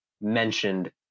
mentioned